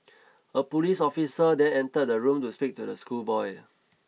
a police officer then entered the room to speak to the schoolboy